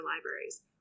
libraries